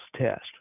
test